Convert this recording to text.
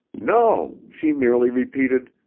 no. she merely repeated,